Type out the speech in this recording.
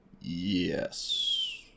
Yes